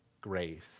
grace